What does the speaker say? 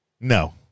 No